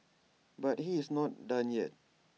but he is not done yet